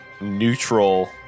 neutral